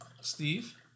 Steve